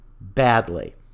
badly